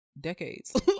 decades